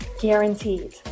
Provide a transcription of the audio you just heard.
Guaranteed